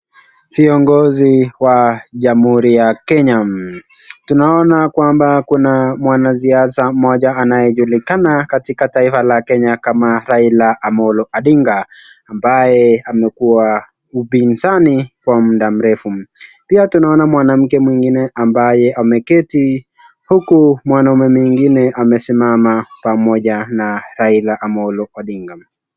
Viogozi wa jamuhuri ya kenya. Tunaona kwamba kuna mwanasiasa mmoja anayejulikana katika taifa la kenya kama Raila Amollo Odinga, ambaye amekuwa mpizani kwa muda mrefu. Pia tunaona mwanamke mwingine ambaye ameketi huku mwanaume mwingine amesimama pamoja na Raila Amollo Odinga.